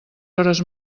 hores